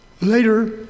Later